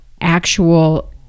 actual